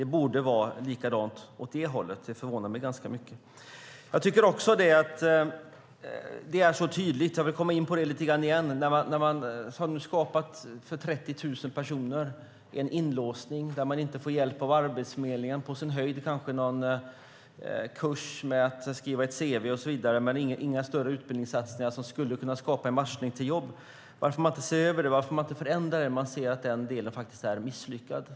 Det borde vara likadant åt det hållet. Det förvånar mig mycket. Det är så tydligt att 30 000 personer har låsts in där de inte får hjälp av Arbetsförmedlingen. På sin höjd kanske de får gå en kurs där de får lära sig att skriva cv, men det sker inga större utbildningssatsningar som skulle kunna skapa en matchning till jobb. Varför ser man inte över och förändrar detta när man kan se att detta är misslyckat?